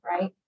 right